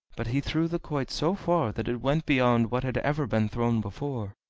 but he threw the quoit so far that it went beyond what had ever been thrown before,